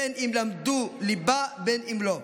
בין שלמדו ליבה ובין שלא,